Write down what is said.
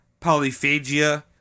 polyphagia